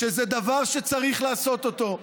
שזה דבר שצריך לעשות אותו,